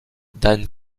dan